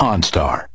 OnStar